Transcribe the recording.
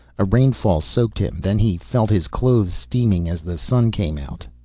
a rainfall soaked him, then he felt his clothes steaming as the sun came out.